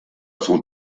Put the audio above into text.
son